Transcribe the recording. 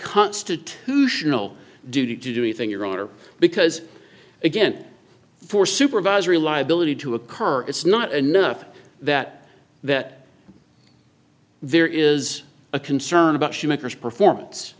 constitutional duty to do anything your honor because again for supervisory liability to occur it's not enough that that there is a concern about shoemakers performance